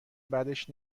بدش